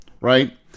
right